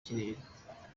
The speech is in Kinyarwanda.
kirere